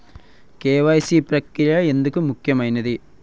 KYC ప్రక్రియ ఎందుకు ముఖ్యమైనది?